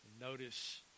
Notice